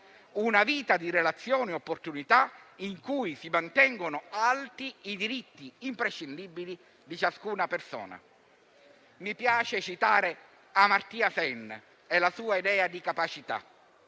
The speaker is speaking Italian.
una vita di relazioni e opportunità, in cui si mantengono alti i diritti imprescindibili di ciascuna persona. Mi piace citare Amartya Sen e la sua idea di capacità.